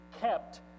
kept